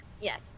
Yes